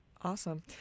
Awesome